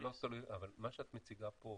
אבל מה שאת מציגה פה,